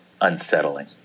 unsettling